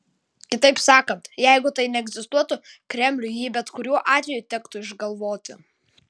kitaip sakant jeigu tai neegzistuotų kremliui jį bet kurio atveju tektų išgalvoti